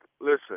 Listen